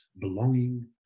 belonging